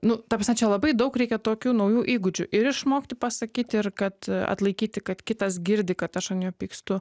nu ta prasme čia labai daug reikia tokių naujų įgūdžių išmokti pasakyti ir kad atlaikyti kad kitas girdi kad aš ant jo pykstu